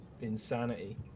insanity